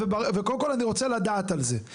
וקודם כל אני רוצה לדעת על זה.